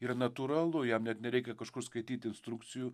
yra natūralu jam net nereikia kažkur skaityti instrukcijų